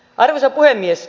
arvoisa puhemies